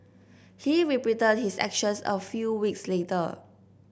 he repeated his actions a few weeks later